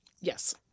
yes